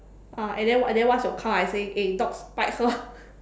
ah and then one~ then once you come I say eh dogs bite her